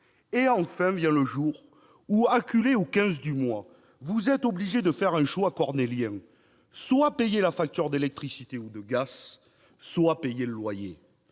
enfin le jour où, acculé dès le 15 du mois, vous êtes obligé de faire un choix cornélien : soit payer la facture d'électricité ou de gaz, soit payer le loyer.